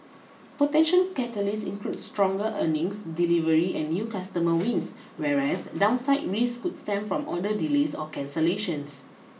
potential catalysts include stronger earnings delivery and new customer wins whereas downside risks could stem from order delays or cancellations